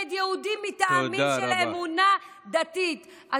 נגד יהודים מטעמים של אמונה דתית.